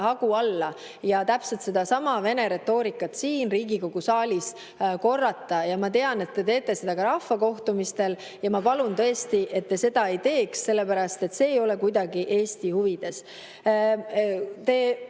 hagu alla ja täpselt sedasama Vene retoorikat siin Riigikogu saalis korrata. Ma tean, et te teete seda ka rahvakohtumistel. Ma tõesti palun, et te seda ei teeks, sellepärast et see ei ole kuidagi Eesti huvides.